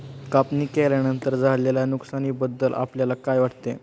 कापणी केल्यानंतर झालेल्या नुकसानीबद्दल आपल्याला काय वाटते?